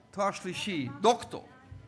תואר שלישי, דוקטור.